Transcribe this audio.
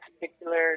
particular